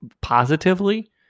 positively